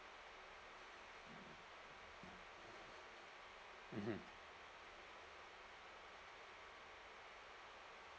mmhmm